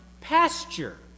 pasture